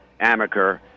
Amaker